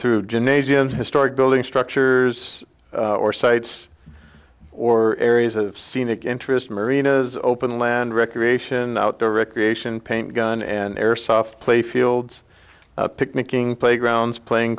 through gymnasiums historic building structures or sites or areas of scenic interest marinas open land recreation outdoor recreation paint gun and airsoft playfields picnicking playgrounds playing